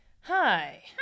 hi